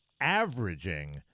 averaging